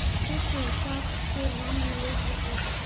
खेत के हिसाब से लोन मिले है की?